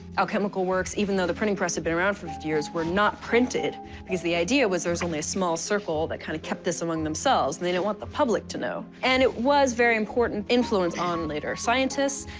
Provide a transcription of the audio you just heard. alchemical works, even though the printing press had been around for years, were not printed because the idea was there is only a small circle that kind of kept this among themselves. and they didn't want the public to know. and it was a very important influence on later scientists.